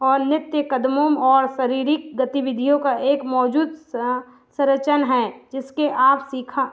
और नृत्य कदमों और शारीरिक गतिविधियों का एक मौजूद सरचन है जिसके आप सीखा